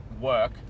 work